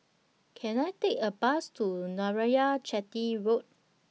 Can I Take A Bus to Narayanan Chetty Road